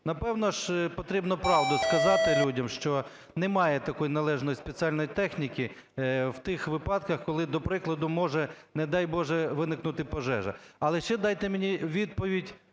Напевно, ж потрібно правду сказати людям, що немає такої належної спеціальної техніки в тих випадках, коли, до прикладу, може, не дай Боже, виникнути пожежа. Але ще дайте мені відповідь